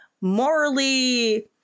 morally